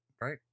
Right